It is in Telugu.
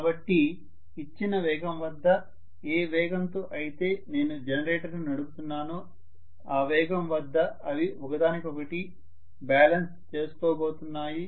కాబట్టి ఇచ్చిన వేగం వద్ద ఏ వేగంతో అయితే నేను జనరేటర్ను నడుపుతున్ననో ఆ వేగం వద్ద అవి ఒకదానికొకటి బ్యాలెన్స్ చేసుకోబోతున్నాయి